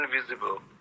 invisible